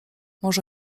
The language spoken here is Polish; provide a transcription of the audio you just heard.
może